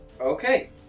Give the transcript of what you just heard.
Okay